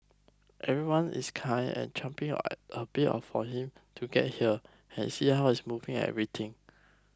everyone is kind at champing at a bit of for him to get here and see how he's moving and everything